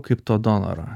kaip to donoro